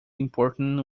important